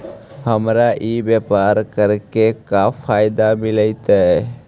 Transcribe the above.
हमरा ई व्यापार करके का फायदा मिलतइ?